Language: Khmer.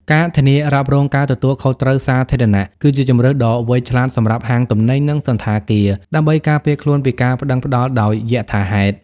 ការធានារ៉ាប់រងការទទួលខុសត្រូវសាធារណៈ គឺជាជម្រើសដ៏វៃឆ្លាតសម្រាប់ហាងទំនិញ និងសណ្ឋាគារ ដើម្បីការពារខ្លួនពីការប្ដឹងផ្ដល់ដោយយថាហេតុ។